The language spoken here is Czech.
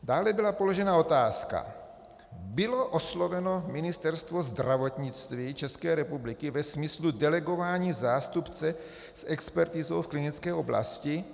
Dále byla položena otázka: Bylo osloveno Ministerstvo zdravotnictví České republiky ve smyslu delegování zástupce s expertizou v klinické oblasti?